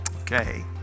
Okay